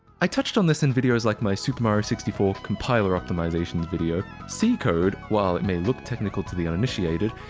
i touched on this in videos like my super mario sixty four compiler optimizations video. c code, while it may look technical to the uninitiated,